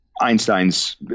Einstein's